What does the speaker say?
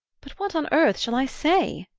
but what on earth shall i say?